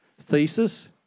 thesis